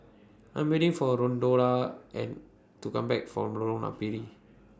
I Am waiting For Rolanda and to Come Back from Lorong Napiri